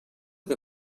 que